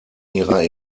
ihrer